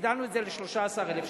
והגדלנו את זה ל-13,000 שקלים.